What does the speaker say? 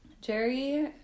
Jerry